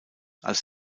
als